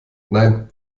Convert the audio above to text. nein